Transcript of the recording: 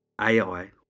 AI